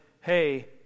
hey